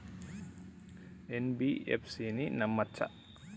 NBFC ని నమ్మచ్చా?